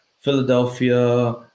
Philadelphia